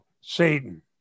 satan